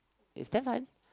is that fun